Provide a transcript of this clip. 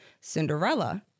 Cinderella